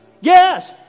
yes